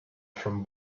from